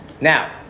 Now